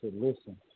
listen